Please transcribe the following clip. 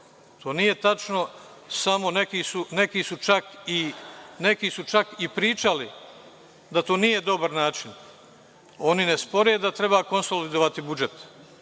To nije tačno, samo neki su čak i pričali da to nije dobar način. Oni ne spore da treba konsolidovati budžet,